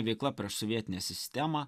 veikla prieš sovietinę sistemą